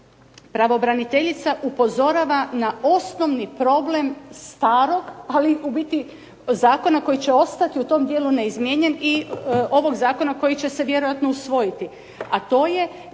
pravobraniteljica upozorava na osnovni problem starog, ali u biti zakona koji će ostati u tom dijelu neizmijenjen i ovog zakona koji će se vjerojatno usvojiti,